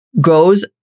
goes